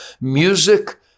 Music